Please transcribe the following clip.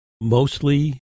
mostly